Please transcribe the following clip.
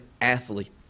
athlete